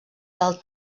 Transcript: del